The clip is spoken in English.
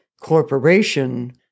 Corporation